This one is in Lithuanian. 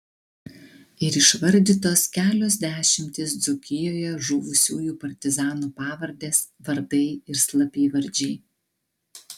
ir išvardytos kelios dešimtys dzūkijoje žuvusiųjų partizanų pavardės vardai ir slapyvardžiai